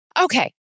Okay